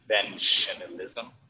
conventionalism